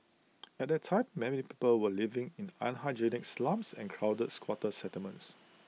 at that time many people were living in unhygienic slums and crowded squatter settlements